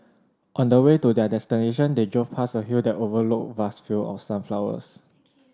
on the way to their destination they drove past a hill that overlooked vast field of sunflowers